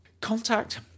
Contact